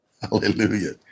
hallelujah